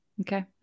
Okay